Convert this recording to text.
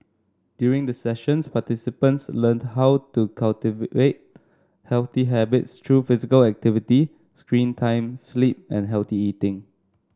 during the sessions participants learn how to cultivate healthy habits through physical activity screen time sleep and healthy eating